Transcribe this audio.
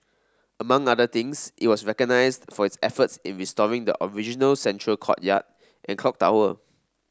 among other things it was recognised for its efforts in restoring the original central courtyard and clock tower